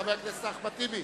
חבר הכנסת אחמד טיבי